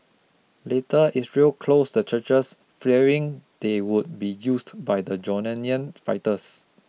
later Israel closed the churches fearing they would be used by the Jordanian fighters